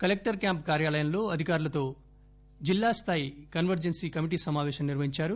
collector camp కార్యాలయంలో అధికారులతో జిల్లా స్థాయి కన్వర్టెన్సీ కమిటీ సమాపేశం నిర్వహించారు